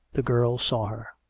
the girl saw her.